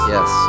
Yes